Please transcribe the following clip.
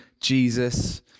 Jesus